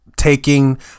Taking